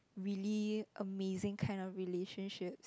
really amazing kind of relationship